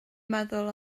meddwl